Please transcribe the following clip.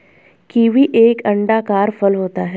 kiwi एक अंडाकार फल होता है